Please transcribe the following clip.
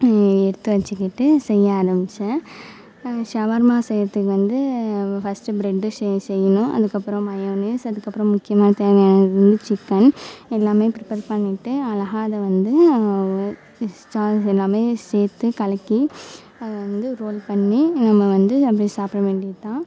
எடுத்து வச்சுக்கிட்டு செய்ய ஆரம்பித்தேன் சவர்மா செய்கிறதுக்கு வந்து ஃபர்ஸ்ட்டு பிரட் செய்யணும் அதுக்கப்புறம் மயோனைஸ் அதுக்கப்புறம் முக்கியமாக தேவையான இது சிக்கன் எல்லாம் ப்ரிப்பேர் பண்ணிவிட்டு அழகாக அதை வந்து எல்லாம் சேர்த்து கலக்கி அதை வந்து ரோல் பண்ணி நம்ம வந்து அப்படியே சாப்பிட வேண்டியது தான்